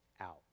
out